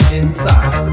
inside